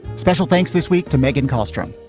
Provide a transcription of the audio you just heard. special thanks this week to megan karlstrom.